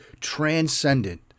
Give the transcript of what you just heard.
transcendent